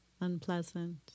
unpleasant